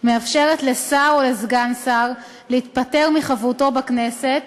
מאפשרת לשר או לסגן שר להתפטר מחברותו בכנסת,